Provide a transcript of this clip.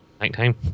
Nighttime